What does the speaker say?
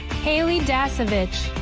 haley does have it.